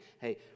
hey